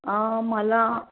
मला